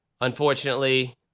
unfortunately